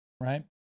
right